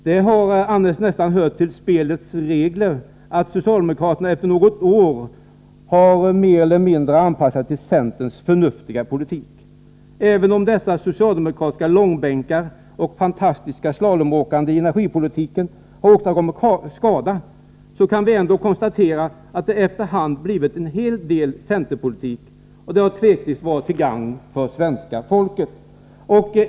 Det har annars nästan hört till spelets regler att socialdemokraterna efter något år mer eller mindre har anpassat sig till centerns förnuftiga politik. Även om dessa socialdemokratiska långbänkar och detta fantastiska slalomåkande i energipolitiken har åstadkommit skada, kan vi konstatera att det efter hand blivit en hel del centerpolitik, och det har otvivelaktigt varit till gagn för svenska folket.